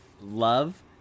love